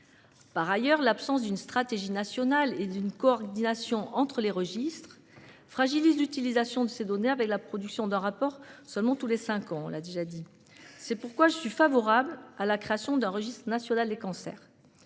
Par ailleurs, l'absence d'une stratégie nationale et d'une coordination entre les registres fragilise l'utilisation de ces données, avec la production d'un rapport tous les cinq ans seulement. C'est pourquoi je suis favorable à la création d'un registre national des cancers.